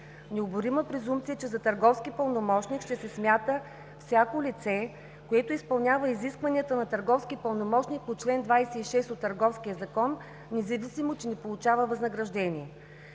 необорима презумпция, че за търговски пълномощник ще се смята всяко лице, което изпълнява изискванията на търговски пълномощник по чл. 26 от Търговския закон, независимо че не получава възнаграждения;